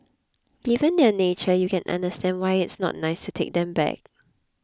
given their nature you can understand why it's not nice to take them back